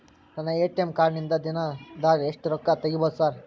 ನನ್ನ ATM card ನಿಂದಾ ಒಂದ್ ದಿಂದಾಗ ಎಷ್ಟ ರೊಕ್ಕಾ ತೆಗಿಬೋದು ಸಾರ್?